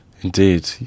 indeed